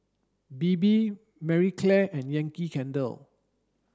Bebe Marie Claire and Yankee Candle